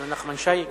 אפילו נחמן שי הגיע.